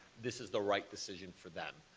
this is the right decision for them.